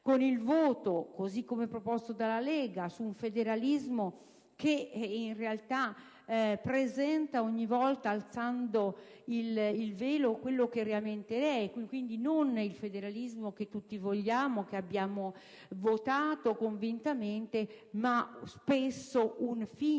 con il voto, così come proposto dalla Lega, su un federalismo che in realtà presenta ogni volta, alzando il velo, quello che realmente è - quindi non il federalismo che tutti vogliamo e che abbiamo votato convintamente, ma spesso un finto